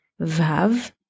Vav